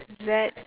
that